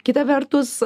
kita vertus